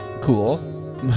cool